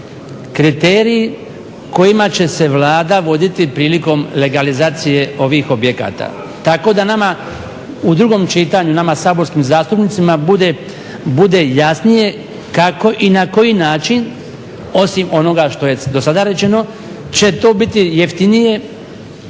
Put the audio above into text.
kriteriji kojima će se Vlada voditi prilikom legalizacije ovih objekata. Tako da nama u drugom čitanju nama saborskim zastupnicima bude jasnije kako i na koji način osim onoga što je do sada rečeno će to biti jeftinije